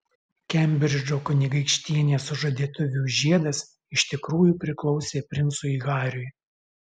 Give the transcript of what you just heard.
kembridžo kunigaikštienės sužadėtuvių žiedas iš tikrųjų priklausė princui hariui